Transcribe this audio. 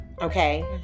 okay